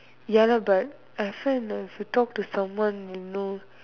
ya lah but I find that if you talk to someone you know